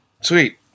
Sweet